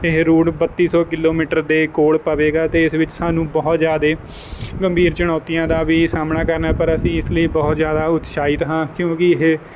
ਇਹ ਰੂਟ ਬੱਤੀ ਸੌ ਕਿਲੋਮੀਟਰ ਦੇ ਕੋਲ ਪਵੇਗਾ ਅਤੇ ਇਸ ਵਿੱਚ ਸਾਨੂੰ ਬਹੁਤ ਜ਼ਿਆਦਾ ਗੰਭੀਰ ਚੁਣੌਤੀਆਂ ਦਾ ਵੀ ਸਾਹਮਣਾ ਕਰਨਾ ਪਰ ਅਸੀਂ ਇਸ ਲਈ ਬਹੁਤ ਜ਼ਿਆਦਾ ਉਤਸ਼ਾਹਿਤ ਹਾਂ ਕਿਉਂਕਿ ਇਹ